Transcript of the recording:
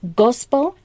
gospel